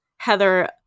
heather